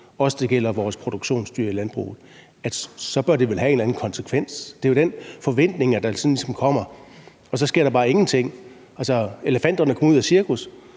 og det gælder også vores produktionsdyr i landbruget – så bør det vel have en eller anden konsekvens. Det er jo den forventning, der ligesom opstår, og så sker der bare ingenting. Altså, elefanterne kom ud af et cirkus,